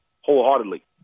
wholeheartedly